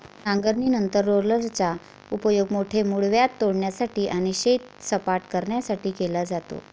नांगरणीनंतर रोलरचा उपयोग मोठे मूळव्याध तोडण्यासाठी आणि शेत सपाट करण्यासाठी केला जातो